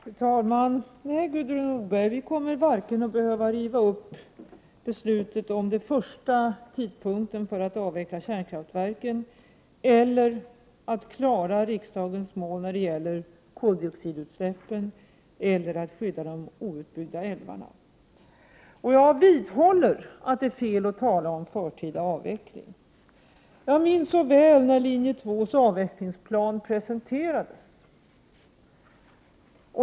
Fru talman! Nej, Gudrun Norberg, vi kommer inte att behöva riva upp vare sig beslutet om den första tidpunken för att avveckla kärnkraften, beslutet att klara riksdagens mål när det gäller koldioxidutsläppen eller beslutet att skydda de outbyggda älvarna. Jag vidhåller att det är fel att tala om förtida avveckling. Jag minns så väl när Linje 2:s avvecklingsplan presenterades.